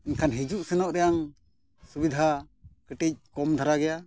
ᱮᱱᱠᱷᱟᱱ ᱦᱤᱡᱩᱜ ᱥᱮᱱᱚᱜ ᱨᱮᱭᱟᱜ ᱥᱩᱵᱤᱫᱷᱟ ᱠᱟᱹᱴᱤᱡ ᱠᱚᱢ ᱫᱷᱟᱨᱟ ᱜᱮᱭᱟ